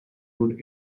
would